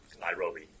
Nairobi